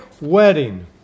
wedding